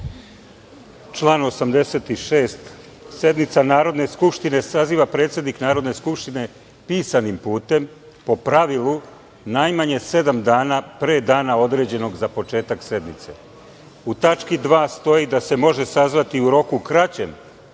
Član 86. Sednicu Narodne skupštine saziva predsednik Narodne skupštine pisanim putem, po pravilu, najmanje sedam dana pre dana određenog za početak sednice. U tački 2. stoji da se može sazvati i u roku kraćem. Vaše